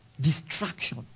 Distraction